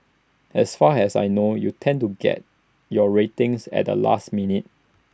as far as I know you tend to get your ratings at the last minute